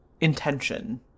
intention